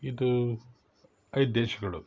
ಇದು ಐದು ದೇಶಗಳು